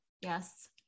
yes